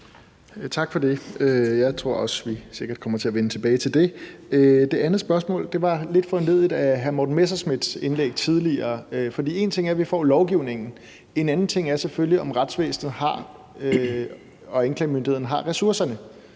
Tak for det. Jeg tror også, at vi sikkert kommer til at vende tilbage til det. Det andet spørgsmål var lidt foranlediget af hr. Morten Messerschmidts indlæg tidligere. For en ting er, at vi får lovgivningen. En anden ting er selvfølgelig, om retsvæsenet og anklagemyndigheden har ressourcerne.